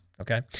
Okay